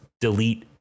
delete